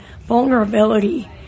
vulnerability